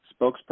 spokesperson